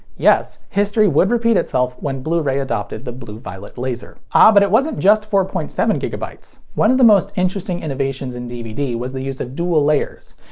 yes, history would repeat itself when blu-ray adopted the blue-violet laser. ah, but it wasn't just four point seven gigabytes. one of the most interesting innovations in dvd was the use of dual layers.